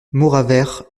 mauravert